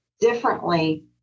differently